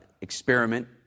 experiment